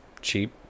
cheap